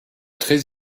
très